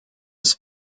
ist